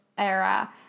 era